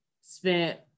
spent